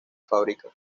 fábrica